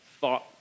thought